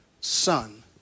son